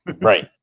right